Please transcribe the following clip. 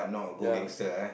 ya